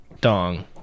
dong